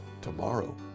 Tomorrow